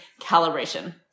calibration